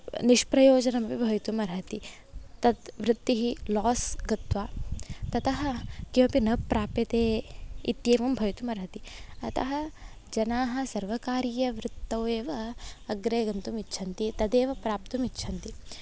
निष्प्रयोजनमपि भवितुम् अर्हति तत् वृत्तिः लोस् गत्वा ततः किमपि न प्राप्यते इत्येवं भवितुम् अर्हति अतः जनाः सर्वकारीयवृत्तौ एव अग्रे गन्तुम् इच्छन्ति तदेव प्राप्तुम् इच्छन्ति